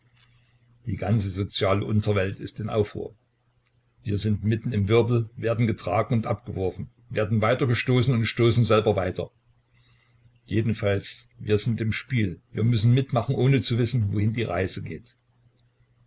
die ganze soziale unterwelt ist in aufruhr wir sind mitten im wirbel werden getragen und abgeworfen werden weitergestoßen und stoßen selber weiter jedenfalls wir sind im spiel wir müssen mitmachen ohne zu wissen wohin die reise geht